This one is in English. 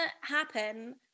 happen